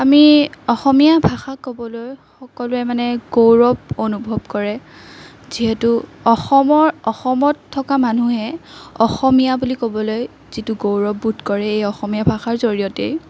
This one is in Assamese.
আমি অসমীয়া ভাষা ক'বলৈ সকলোৱে মানে গৌৰৱ অনুভৱ কৰে যিহেতু অসমৰ অসমত থকা মানুহে অসমীয়া বুলি ক'বলৈ যিটো গৌৰৱবোধ কৰে এই অসমীয়া ভাষাৰ জৰিয়তেই